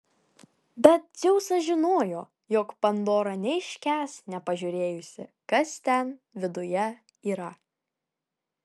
bet dzeusas žinojo jog pandora neiškęs nepažiūrėjusi kas ten viduje yra